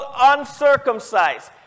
uncircumcised